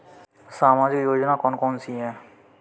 सामाजिक योजना कौन कौन सी हैं?